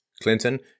Clinton